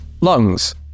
lungs